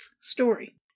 story